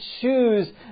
choose